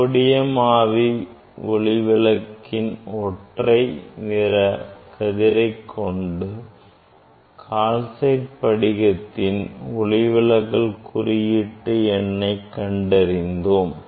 sodium ஆவி ஒளிவிளக்கின் ஒற்றை நிற கதிரை கொண்டு கால்சைட் படிகத்தின் ஒளிவிலகல் குறியீட்டு எண்ணை கண்டறிந்தோம்